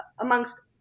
amongst